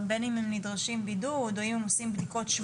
אינם ברי חיסון.